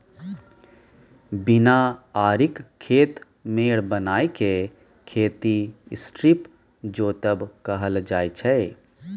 बिना आरिक खेत मेढ़ बनाए केँ खेती स्ट्रीप जोतब कहल जाइ छै